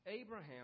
Abraham